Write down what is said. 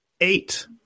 eight